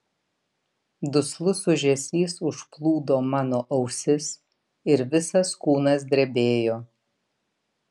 duslus ūžesys užplūdo mano ausis ir visas kūnas drebėjo